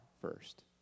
first